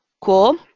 cool